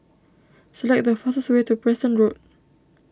select the fastest way to Preston Road